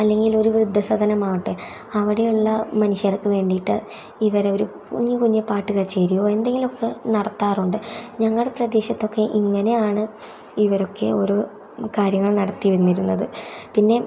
അല്ലെങ്കിൽ ഒരു വൃദ്ധസദനമാകട്ടെ അവിടെയുള്ള മനുഷ്യർക്ക് വേൻടിയിട്ട് ഇവരൊരു കുഞ്ഞി കുഞ്ഞി പാട്ട് കച്ചേരിയോ എന്തെങ്കിലൊക്കെ നടത്താറുണ്ട് ഞങ്ങളുടെ പ്രദേശത്തൊക്കെ ഇങ്ങനെയാണ് ഇവരൊക്കെ ഓരോ കാര്യങ്ങൾ നടത്തി വന്നിരുന്നത് പിന്നെ